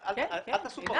אל תעשו פרצוף.